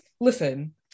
listen